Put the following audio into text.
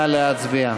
נא להצביע.